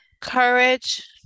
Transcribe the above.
courage